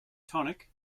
tonic